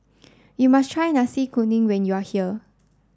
you must try Nasi Kuning when you are here